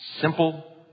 Simple